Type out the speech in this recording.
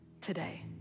today